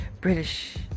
British